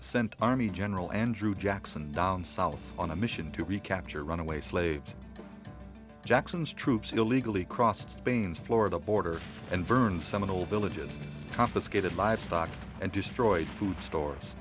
sent army general andrew jackson down south on a mission to recapture runaway slaves jackson's troops illegally crossed spain's florida border and burned some of the old villages confiscated livestock and destroyed food stores